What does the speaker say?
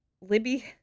Libby